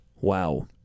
Wow